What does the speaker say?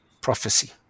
prophecy